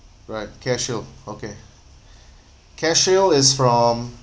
right cashshield okay CashShield is from